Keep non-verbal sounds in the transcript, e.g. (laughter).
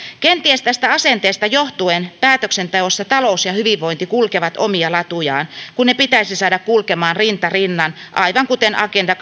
kenties tästä asenteesta johtuen päätöksenteossa talous ja hyvinvointi kulkevat omia latujaan kun ne pitäisi saada kulkemaan rinta rinnan aivan kuten agenda (unintelligible)